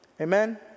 Amen